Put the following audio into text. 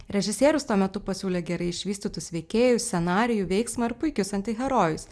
režisierius tuo metu pasiūlė gerai išvystytus veikėjus scenarijų veiksmą ir puikius antiherojus